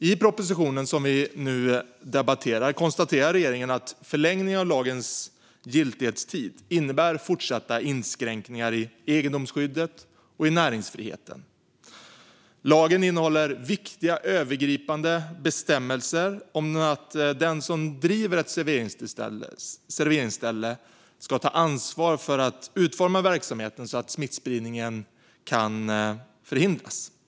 I propositionen som vi nu debatterar konstaterar regeringen att förlängningen av lagens giltighetstid innebär fortsatta inskränkningar i egendomsskyddet och näringsfriheten. Lagen innehåller viktiga övergripande bestämmelser om att den som driver ett serveringsställe ska ta ansvar för att utforma verksamheten så att smittspridning kan förhindras.